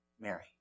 Mary